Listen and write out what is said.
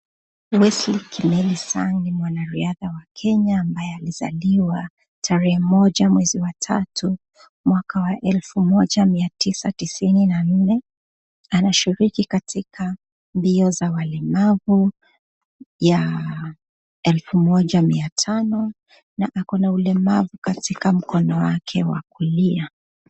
Wesley Kimeli Sang ni mwanariadha wa Kenya ambaye alizaliwa tarehe moja, mwezi wa tatu mwaka wa elfu moja mia tisa tisini na nne. Anashiriki katika mbio za walemavu ya elfu moja mia tano na ako na ulemavu katika mkono wake wa kulia.